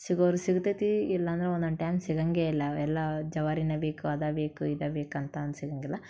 ಸಿಗೋರಿಗೆ ಸಿಗ್ತೈತೆ ಇಲ್ಲಾಂದ್ರೆ ಒಂದೊಂದು ಟೈಮ್ ಸಿಗಂಗೇ ಇಲ್ಲ ಅವೆಲ್ಲ ಜವಾರಿಯೇ ಬೇಕು ಅದೇ ಬೇಕು ಇದೇ ಬೇಕಂತಂದ್ರ್ ಸಿಗಂಗಿಲ್ಲ